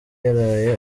yaraye